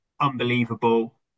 Unbelievable